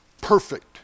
perfect